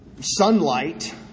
sunlight